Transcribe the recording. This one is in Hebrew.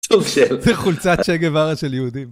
סוג של, זה חולצת שגב ערה של יהודים.